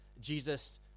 Jesus